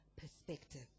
perspective